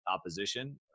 opposition